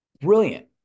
Brilliant